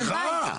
רגע, סליחה.